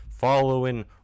following